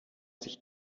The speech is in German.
sich